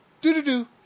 Do-do-do